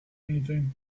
anything